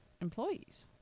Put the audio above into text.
employees